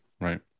Right